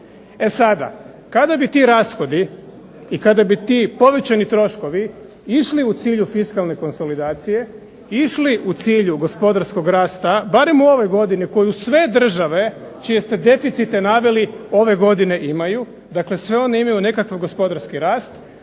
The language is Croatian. E sada, kada bi ti rashodi i kada bi ti povećani troškovi išli u cilju fiskalne konsolidacije, išli u cilju gospodarskog rasta barem u ovoj godini koju sve države čije ste deficite naveli ove godine imaju, dakle sve one imaju nekakav gospodarski rast